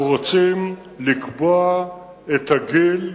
אנחנו רוצים לקבוע את הגיל,